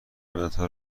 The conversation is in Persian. مدادها